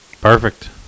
Perfect